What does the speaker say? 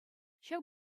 ҫав